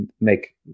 make